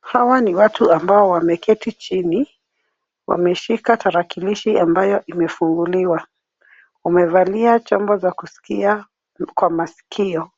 Hawa ni watu ambao wameketi chini wameshika tarakilishi ambayo imefunguliwa. Wamevalia chombo cha kusikia kwa masikio